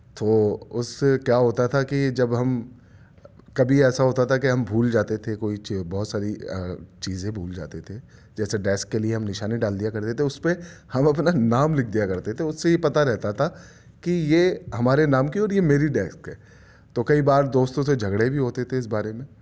تو اس سے کیا ہوتا تھا کہ جب ہم کبھی ایسا ہوتا تھا کہ ہم بھول جاتے تھے کوئی چیز بہت ساری چیزیں بھول جاتے تھے جیسا ڈیسک کے لیے ہم نشانی ڈال دیا کرتے تھے اس پہ ہم اپنا نام لکھ دیا کرتے تھے اس سے یہ پتہ رہتا تھا کہ یہ ہمارے نام کی اور یہ میری ڈیسک ہے تو کئی بار دوستوں سے جھگڑے بھی ہوتے تھے اس بارے میں